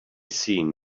seen